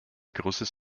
großes